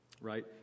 right